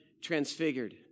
transfigured